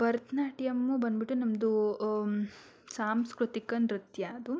ಭರ್ತನಾಟ್ಯಮ್ ಬಂದುಬಿಟ್ಟು ನಮ್ಮದು ಸಾಂಸ್ಕ್ರತಿಕ ನೃತ್ಯ ಅದು